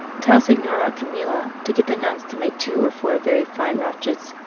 tell signora camilla to get the nuns to make two or four very fine rochets,